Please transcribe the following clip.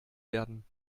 werden